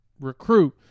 recruit